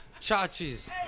Chachi's